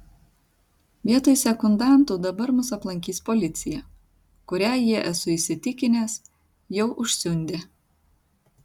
vietoj sekundantų dabar mus aplankys policija kurią jie esu įsitikinęs jau užsiundė